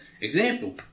Example